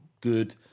good